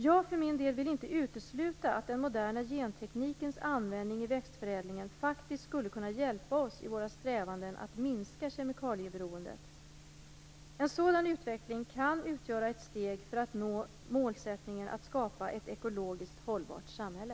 Jag för min del vill inte utesluta att den moderna genteknikens användning i växtförädlingen faktiskt skulle kunna hjälpa oss i våra strävanden att minska kemikalieberoendet. En sådan utveckling kan utgöra ett steg när det gäller att nå målsättningen att skapa ett ekologiskt hållbart samhälle.